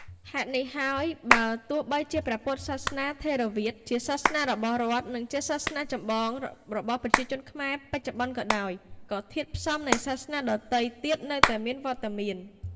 ហេតុនេះបើទោះបីជាព្រះពុទ្ធសាសនាថេរវាទជាសាសនារបស់រដ្ឋ និងជាសាសនាចម្បងរបស់ប្រជាជនខ្មែរបច្ចុប្បន្នក៏ដោយ ក៏ធាតុផ្សំនៃសាសនាដទៃទៀតនៅតែមានវត្តមាន។